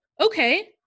okay